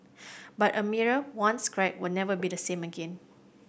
but a mirror once cracked will never be the same again